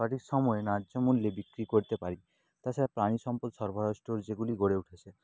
সঠিক সময়ে ন্যায্য মূল্যে বিক্রি করতে পারি তাছাড়া প্রাণী সম্পদ সরবরাহ স্টোর যেগুলি গড়ে উঠেছে